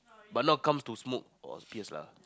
but now come to smoke !wah! fierce lah